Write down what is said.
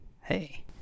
Hey